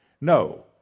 No